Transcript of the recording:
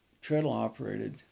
treadle-operated